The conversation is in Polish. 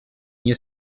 nie